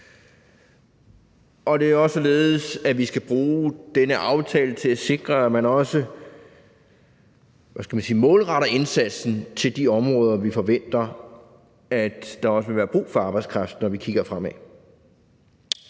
Det er også således, at vi skal bruge denne aftale til at sikre, at man – hvad skal man sige – målretter indsatsen til de områder, vi forventer der også vil være brug for arbejdskraft, når vi kigger fremad.